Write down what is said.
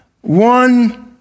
one